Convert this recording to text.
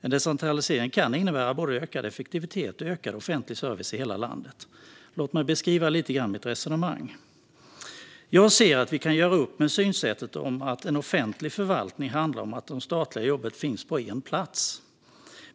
En decentralisering kan innebära både ökad effektivitet och ökad offentlig service i hela landet. Låt mig beskriva mitt resonemang lite grann. Jag ser att vi kan göra upp med synsättet att offentlig förvaltning handlar om att de statliga jobben finns på en plats.